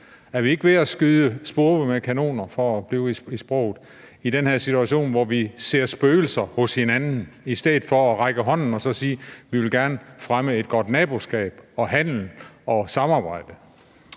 Er vi ikke ved at skyde gråspurve med kanoner – for at blive i sproget – i den her situation, hvor vi ser spøgelser hos hinanden, i stedet for at vi rækker hånden ud og siger, at vi gerne vil fremme et godt naboskab og handel og samarbejde?